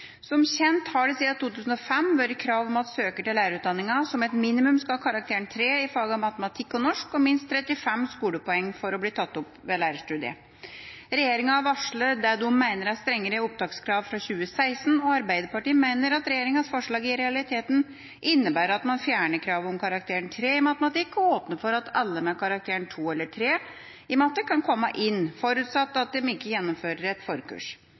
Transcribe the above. Som kjent har det siden 2005 vært krav om at søkere til lærerutdanninga som et minimum skal ha karakteren 3 i fagene matematikk og norsk og minst 35 skolepoeng for å bli tatt opp ved lærerstudiet. Regjeringa har varslet det de mener er strengere opptakskrav fra 2016, og Arbeiderpartiet mener regjeringas forslag i realiteten innebærer at man fjerner kravet om karakteren 3 i matematikk, og åpner for at alle med karakterene 2 eller 3 i matematikk kan komme inn, forutsatt at de gjennomfører et forkurs.